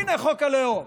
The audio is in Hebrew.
הנה חוק הלאום.